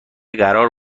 قرار